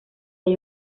hay